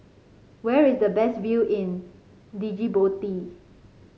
where is the best view in Djibouti